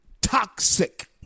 toxic